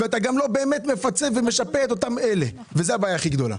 אתה גם לא באמת מפצה ומשפה את אותם אלה וזאת הבעיה הכי גדולה.